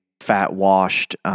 fat-washed